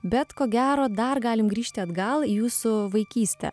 bet ko gero dar galim grįžti atgal į jūsų vaikystę